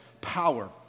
power